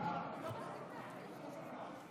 חבר הכנסת אמסלם,